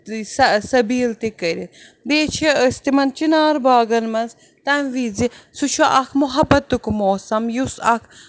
سٔبیٖل تہِ کٔرِتھ بیٚیہِ چھِ أسۍ تِمَن چِنار باغَن منٛز تَمہِ وِزِ سُہ چھُ اکھ مُحبَتُک موسَم یُس اکھ